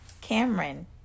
Cameron